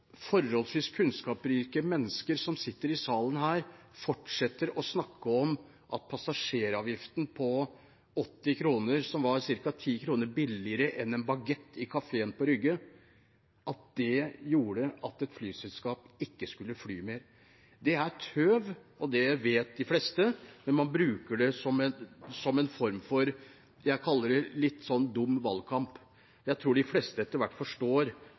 sitter i salen her, fortsetter å snakke om at passasjeravgiften på 80 kr, som var ca. 10 kr billigere enn en bagett i kafeen på Rygge, gjorde at et flyselskap ikke skulle fly mer. Det er tøv, og det vet de fleste, men man bruker det som en form for det jeg kaller litt dum valgkamp. Jeg tror de fleste etter hvert forstår